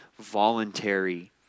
voluntary